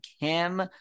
kim